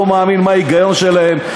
לא מבין מה ההיגיון שלהם.